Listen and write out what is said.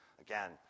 Again